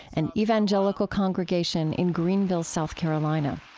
an evangelical congregation in greenville, south carolina